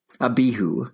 Abihu